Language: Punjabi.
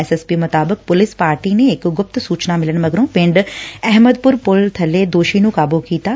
ਐਸ ਐਸ ਪੀ ਮੁਤਾਬਿਕ ਪੁਲਿਸ ਪਾਰਟੀ ਨੇ ਇਕ ਗੁਪਤ ਸੁਚਨਾ ਮਿਲਣ ਮਗਰੋ ਪਿੰਡ ਅਹਿਮਦਪੁਰ ਪੁਲ ਥੱਲੇ ਦੋਸ਼ੀ ਨੂੰ ਕਾਬੂ ਕੀਤੈ